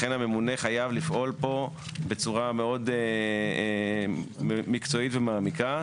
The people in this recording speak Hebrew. לכן הממונה חייב לפעול פה בצורה מאוד מקצועית ומעמיקה,